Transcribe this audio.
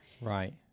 Right